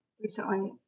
Recently